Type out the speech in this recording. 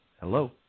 Hello